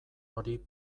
hori